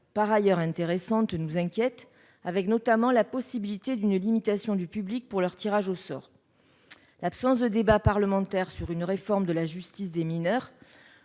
par ailleurs intéressante -, nous inquiètent, notamment la possibilité d'une limitation du public pour leur tirage au sort. L'absence de débat parlementaire sur une réforme de la justice des mineurs,